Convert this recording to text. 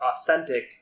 authentic